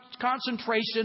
concentration